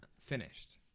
finished